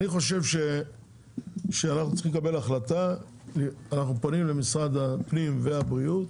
אני חושב שאנחנו צריכים לקבל החלטה לפנות למשרדי הפנים והבריאות